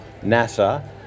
NASA